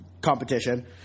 competition